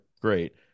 Great